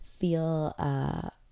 feel